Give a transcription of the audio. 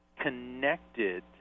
connected